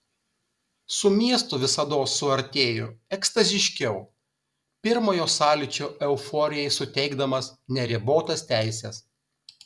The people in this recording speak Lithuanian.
su miestu visados suartėju ekstaziškiau pirmojo sąlyčio euforijai suteikdamas neribotas teises